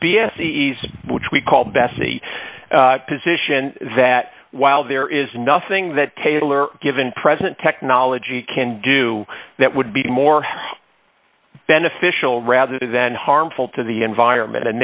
which we call bessie position that while there is nothing that taylor given president technology can do that would be more beneficial rather than harmful to the environment